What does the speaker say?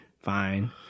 Fine